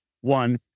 one